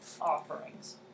offerings